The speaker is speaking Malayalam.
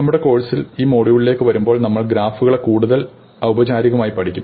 നമ്മുടെ കോഴ്സിൽ ഈ മൊഡ്യൂളിലേക്ക് വരുമ്പോൾ നമ്മൾ ഗ്രാഫുകളെ കൂടുതൽ ഔപചാരികമായി പഠിക്കും